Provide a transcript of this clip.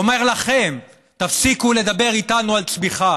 הוא אומר לכם: תפסיקו לדבר איתנו על צמיחה